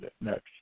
Next